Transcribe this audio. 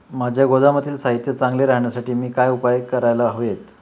माझ्या गोदामातील साहित्य चांगले राहण्यासाठी मी काय उपाय काय करायला हवेत?